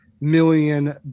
million